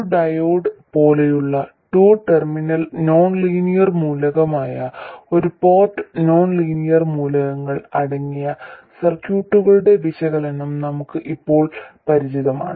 ഒരു ഡയോഡ് പോലെയുള്ള two terminal non linear മൂലകമായ ഒരു പോർട്ട് നോൺ ലീനിയർ മൂലകങ്ങൾ അടങ്ങിയ സർക്യൂട്ടുകളുടെ വിശകലനം നമുക്ക് ഇപ്പോൾ പരിചിതമാണ്